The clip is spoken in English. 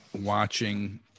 watching